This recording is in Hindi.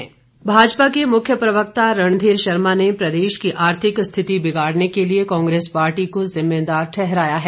रणधीर भाजपा के मुख्य प्रवक्ता रणधीर शर्मा ने प्रदेश की आर्थिक स्थिति बिगाड़ने के लिए कांग्रेस पार्टी को जिम्मेदार ठहराया है